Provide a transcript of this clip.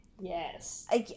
Yes